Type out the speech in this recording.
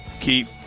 keep